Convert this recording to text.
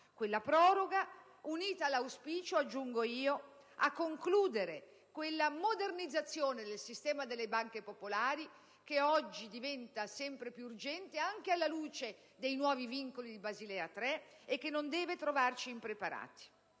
Quella proroga, unita all'auspicio - aggiungo io - a concludere quella modernizzazione del sistema delle banche popolari che oggi diventa sempre più urgente anche alla luce dei nuovi vincoli di Basilea 3, non deve trovarci impreparati.